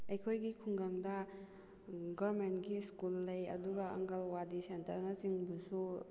ꯑꯩꯈꯣꯏꯒꯤ ꯈꯨꯡꯒꯪꯗ ꯒꯣꯔꯃꯦꯟꯒꯤ ꯁ꯭ꯀꯨꯜ ꯂꯩ ꯑꯗꯨꯒ ꯑꯪꯒꯜꯋꯥꯗꯤ ꯁꯦꯟꯇꯔꯅꯆꯤꯡꯕꯁꯨ